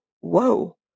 whoa